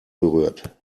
berührt